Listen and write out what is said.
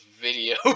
video